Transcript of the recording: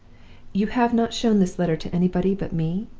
you have not shown this letter to anybody but me